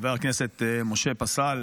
לחבר הכנסת משה פסל